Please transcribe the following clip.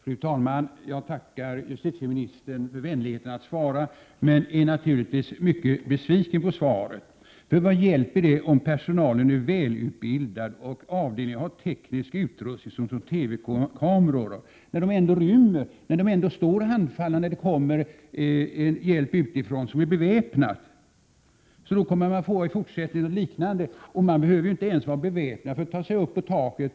Fru talman! Jag tackar justitieministern för vänligheten att svara men är naturligtvis mycket besviken över svaret. Vad hjälper det att personalen är välutbildad och avdelningen har teknisk utrustning såsom TV-kameror, när de intagna ändå rymmer och personalen ändå står handfallen, när det kommer beväpnad hjälp utifrån. Liknande fall kommer troligen att inträffa även i fortsättningen. Man behöver inte ens vara beväpnad för att ta sig upp på taket.